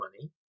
money